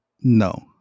No